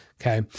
okay